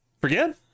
forget